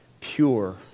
pure